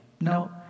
No